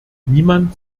niemand